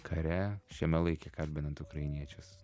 kare šiame laike kalbinant ukrainiečius